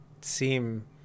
seem